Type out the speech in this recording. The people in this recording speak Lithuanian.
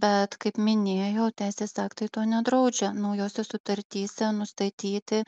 bet kaip minėjau teisės aktai to nedraudžia naujose sutartyse nustatyti